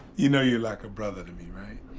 you know you're like a brother to me, right?